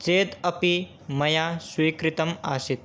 चेत् अपि मया स्वीकृतम् आसीत्